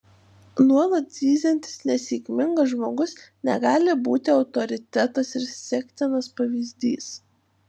nuolat zyziantis nesėkmingas žmogus negali būti autoritetas ir sektinas pavyzdys